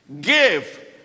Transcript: Give